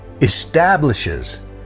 establishes